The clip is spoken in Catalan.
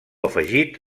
afegit